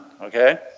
okay